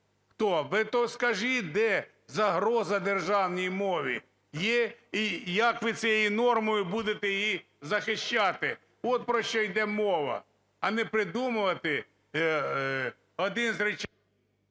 Ви то скажіть, де загроза державній мові є, і як ви цією нормою будете її захищати. От про що йде мова. А не придумувати один з…